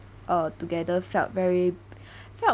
uh together felt very felt